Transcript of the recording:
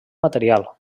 material